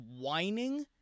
whining